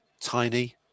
tiny